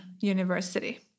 university